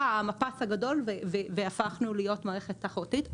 המפץ הגדול והפכנו להיות מערכת תחרותית.